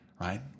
right